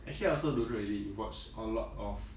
actually I also don't really watch a lot of